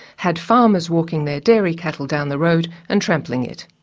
had farmers walking their dairy cattle down the road and trampling it.